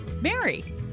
Mary